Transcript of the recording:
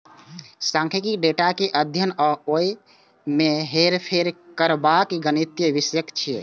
सांख्यिकी डेटा के अध्ययन आ ओय मे हेरफेर करबाक गणितीय विषय छियै